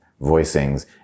voicings